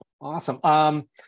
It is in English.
Awesome